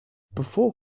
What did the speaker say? before